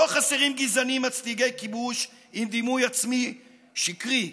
לא חסרים גזענים מצדיקי כיבוש עם דימוי עצמי שקרי,